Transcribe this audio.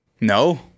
No